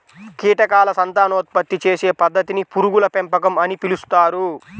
కీటకాల సంతానోత్పత్తి చేసే పద్ధతిని పురుగుల పెంపకం అని పిలుస్తారు